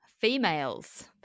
females